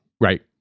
Right